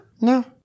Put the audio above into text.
No